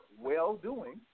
Well-doing